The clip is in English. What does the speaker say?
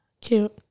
cute